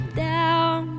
down